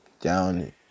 down